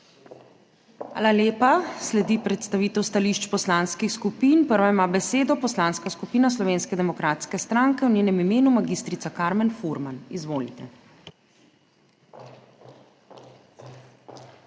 Hvala lepa. Sledi predstavitev stališč poslanskih skupin. Prva ima besedo Poslanska skupina Slovenske demokratske stranke, v njenem imenu mag. Karmen Furman. Izvolite.